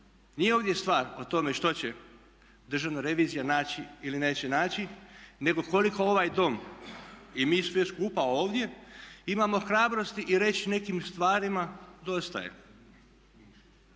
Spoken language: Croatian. nije ovdje stvar što će Državna revizija naći ili neće naći, nego koliko ovaj Dom i mi svi skupa ovdje imamo hrabrosti i reći nekim stvarima dosta je.